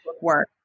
work